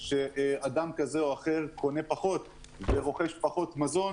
יש שינוי תוך כדי תנועה.